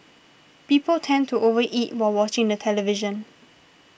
people tend to over eat while watching the television